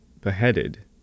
beheaded